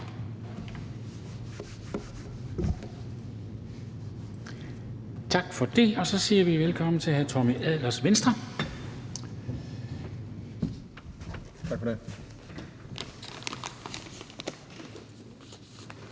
Tak for det. Så siger vi velkommen til hr. Tommy Ahlers, Venstre. Kl.